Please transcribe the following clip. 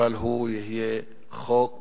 אבל הוא יהיה חוק